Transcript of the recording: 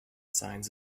signs